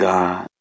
God